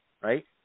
right